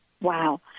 Wow